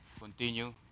continue